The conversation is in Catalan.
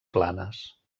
planes